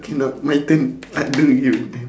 cannot my turn I don't give a damn